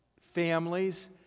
families